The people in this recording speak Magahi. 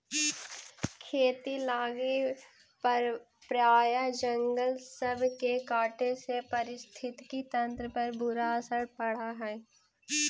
खेती लागी प्रायह जंगल सब के काटे से पारिस्थितिकी तंत्र पर बुरा असर पड़ हई